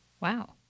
Wow